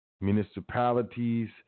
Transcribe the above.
municipalities